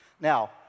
Now